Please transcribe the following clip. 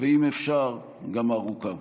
ואם אפשר, גם ארוכה.